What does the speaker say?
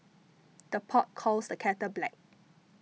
the pot calls the kettle black